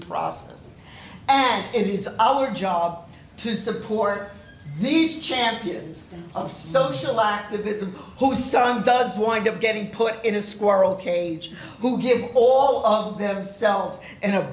process and it is our job to support these champions of social activism whose son does wind up getting put in a squirrel cage who give all of them selves in